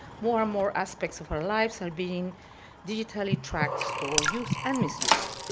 more and more aspects of our lives are being digitally tracked, stored, used, and misused.